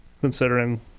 considering